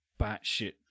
batshit